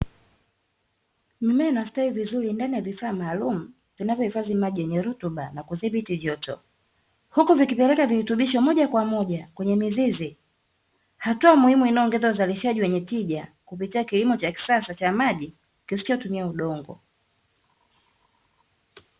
Mimea inastawi vizuri ndani ya vifaa maalumu vinavyohifadhi maji yenye rutuba na kudhibito joto. Huku vikipeleka virutubisho moja kwa moja kwenye mizizi, hatua muhimu inayoongeza uzalishaji wenye tija kupitia kilimo cha kisasa cha maji kisichotumia udongo.